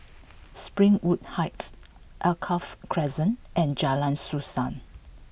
Springwood Heights Alkaff Crescent and Jalan Suasa